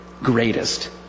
Greatest